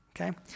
Okay